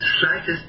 slightest